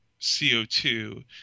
CO2